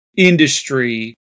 Industry